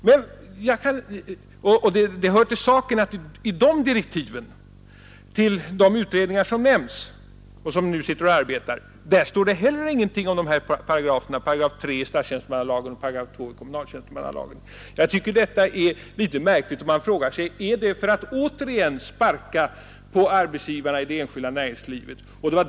Det hör emellertid till saken att det i direktiven till dessa utredningar som nämnts och som nu arbetar heller inte står någonting om 3 § statstjänstemannalagen och 2 § kommunaltjänstemannalagen. Jag tycker att detta är märkligt. Man frågar sig om detta syftar till att återigen sparka på arbetsgivarna i det enskilda näringslivet.